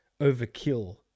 overkill